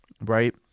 right